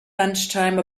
lunchtime